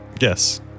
Yes